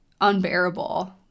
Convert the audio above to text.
unbearable